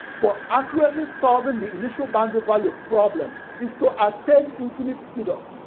for accurately solving the initial-boundary value problem is to attain infinite speed-up.